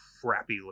crappy